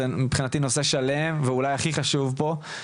זה מבחינתי נושא שלם, ואולי הכי חשוב פה.